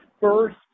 first